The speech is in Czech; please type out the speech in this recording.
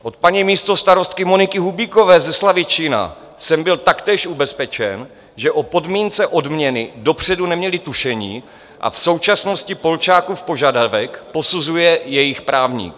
Od paní místostarostky Moniky Hubíkové ze Slavičína jsem byl taktéž ubezpečen, že o podmínce odměny dopředu neměli tušení, a v současnosti Polčákův požadavek posuzuje jejich právník.